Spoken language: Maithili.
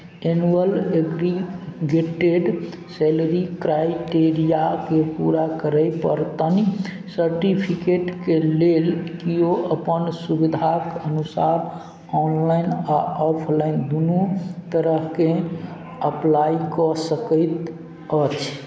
एनुअल एग्रीगेटेड सैलरी क्राइटेरियाकेँ पूरा करय पड़तनि सर्टिफिकेटके लेल किओ अपन सुविधाक अनुसार ऑनलाइन आ ऑफलाइन दुनू तरहके अप्लाइ कऽ सकैत अछि